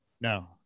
No